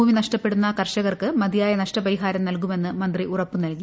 ഭൂമി നഷ്ടപ്പെടുന്ന കർഷകർക്ക് മതിയായ നഷ്ടപരിഹാരം നൽകുമെന്ന് മന്ത്രി ഉറപ്പ് നൽകി